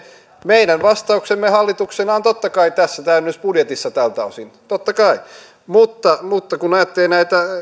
meidän vastauksemme hallituksena on totta kai tässä täydennysbudjetissamme tältä osin totta kai mutta mutta kun ajattelen näitä